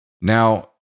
Now